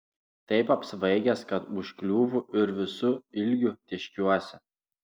taip apsvaigęs kad užkliūvu ir visu ilgiu tėškiuosi